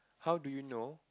how do you know